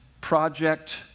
project